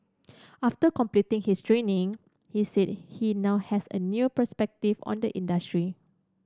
after completing his training he said he now has a new perspective on the industry